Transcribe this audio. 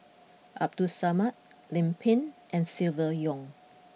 Abdul Samad Lim Pin and Silvia Yong